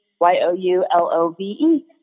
y-o-u-l-o-v-e